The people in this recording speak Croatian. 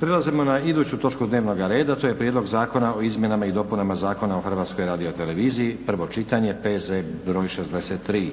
Prelazimo na iduću točku dnevnog reda, to je: - Prijedlog Zakona o izmjenama i dopunama Zakona o Hrvatskoj radioteleviziji, prvo čitanje, PZ br.63